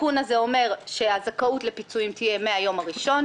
התיקון הזה אומר שהזכאות לפיצויים תהיה החל מן היום הראשון,